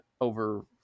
over